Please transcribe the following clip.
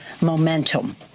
momentum